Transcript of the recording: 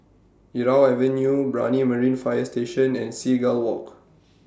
Irau Avenue Brani Marine Fire Station and Seagull Walk